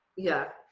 yeah!